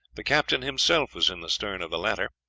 the captain himself was in the stern of the latter,